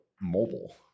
mobile